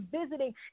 visiting